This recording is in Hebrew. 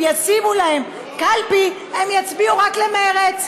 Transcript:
ישימו להם קלפי הם יצביעו רק למרצ.